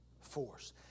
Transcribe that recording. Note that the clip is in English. force